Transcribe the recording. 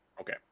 Okay